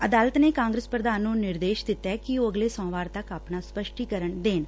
ਅਦਾਲਤ ਨੇ ਕਾਂਗਰਸ ਪ੍ਧਾਨ ਨੂੰ ਨਿਰਦੇਸ਼ ਦਿੱਤੈ ਕਿ ਉਹ ਅਗਲੇ ਸੋਮਵਾਰ ਤੱਕ ਆਪਣਾ ਸੱਪਸ਼ਟੀਕਰਨ ਦੇਣ